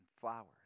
flowers